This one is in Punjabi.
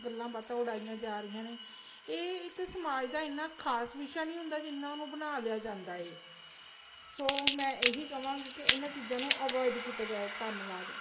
ਗੱਲਾਂ ਬਾਤਾਂ ਉਡਾਈਆਂ ਜਾ ਰਹੀਆਂ ਨੇ ਇਹ ਇੱਕ ਸਮਾਜ ਦਾ ਇੰਨਾਂ ਖਾਸ ਵਿਸ਼ਾ ਨਹੀਂ ਹੁੰਦਾ ਜਿੰਨਾਂ ਨੂੰ ਬਣਾ ਲਿਆ ਜਾਂਦਾ ਏ ਸੋ ਮੈਂ ਇਹੀ ਕਵਾਂਗੀ ਕਿ ਇਹਨਾਂ ਚੀਜ਼ਾਂ ਨੂੰ ਅਵੋਇਡ ਕੀਤਾ ਜਾਏ ਧੰਨਵਾਦ